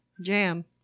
Jam